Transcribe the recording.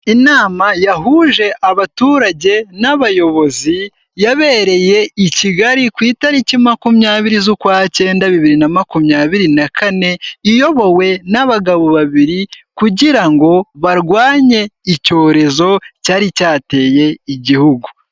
Inama yahuje abaturage n'abayobozi yabereye i Kigali ku itariki makumyabiri z'ukwakenda bibiri na makumyabiri na kane, iyobowe n'abagabo babiri kugira ngo barwanye icyorezo cyari cyateye igihugu.